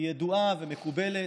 ידועה ומקובלת.